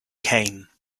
came